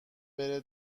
بره